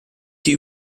sie